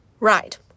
Right